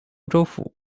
州府